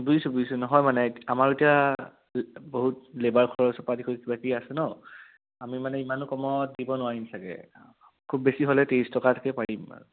বুইছোঁ বুইছোঁ নহয় মানে আমাৰ এতিয়া বহুত লেবাৰ খৰচৰ পৰা আদি কৰি কিবা কিবি আছে ন আমি মানে ইমানো কমত দিব নোৱাৰিম চাগে খুব বেছি হ'লে ত্ৰিছ টকাকৈ পাৰিম আৰু